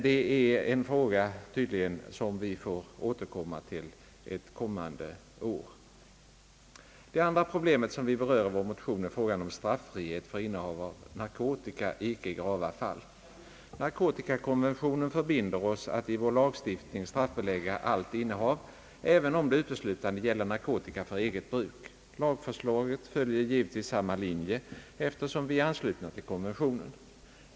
Det är tydligen en fråga som vi får återkomma till ett kommande år. Det andra problemet som vi berör i vår motion är frågan om straffrihet för innehav av narkotika i icke grava fall. Narkotikakonventionen förbinder oss att i vår lagstiftning straffbelägga allt innehav, även om det uteslutande gäller narkotika för eget bruk. Lagförslaget följer givetvis samma linje, eftersom vi är anslutna till konventionen.